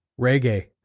Reggae